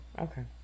okay